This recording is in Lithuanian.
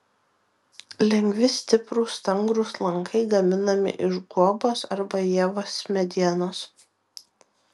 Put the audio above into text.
lengvi stiprūs stangrūs lankai gaminami iš guobos arba ievos medienos